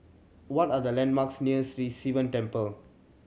what are the landmarks near Sri Sivan Temple